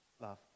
love